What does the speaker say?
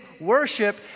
worship